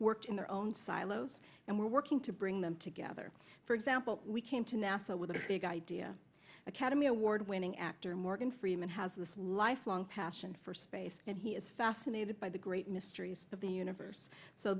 worked in their own silos and we're working to bring them together for example we came to nasa with big idea academy award winning actor morgan freeman has this lifelong passion for space and he is fascinated by the great mysteries of the universe so